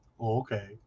Okay